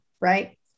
right